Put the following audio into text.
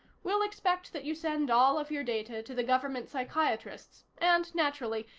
we'll expect that you send all of your data to the government psychiatrists and, naturally,